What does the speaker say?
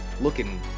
looking